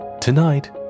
Tonight